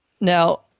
Now